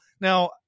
now